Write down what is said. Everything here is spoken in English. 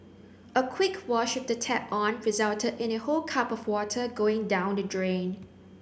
a quick wash with the tap on resulted in a whole cup of water going down the drain